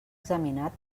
examinat